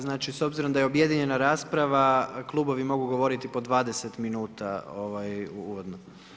Znači s obzirom da je objedinjena rasprava, klubovi mogu govoriti po 20 min uvodno.